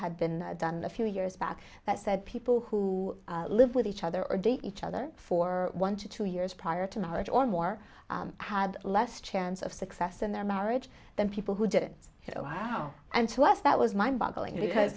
had been done a few years back that said people who live with each other or date each other for one to two years prior to marriage or more had less chance of success in their marriage than people who didn't know how and to us that was mind boggling because